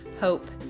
hope